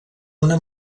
una